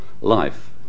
life